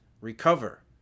recover